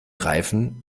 reifen